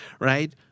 right